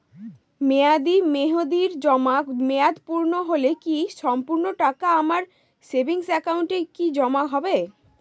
মেয়াদী মেহেদির জমা মেয়াদ পূর্ণ হলে কি সম্পূর্ণ টাকা আমার সেভিংস একাউন্টে কি জমা হবে?